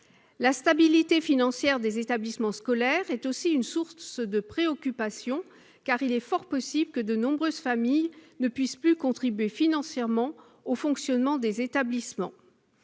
La stabilité financière des établissements scolaires est aussi une source de préoccupation, car il est fort possible que de nombreuses familles ne puissent plus contribuer financièrement au fonctionnement de ces établissements.